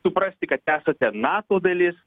suprasti kad esate nato dalis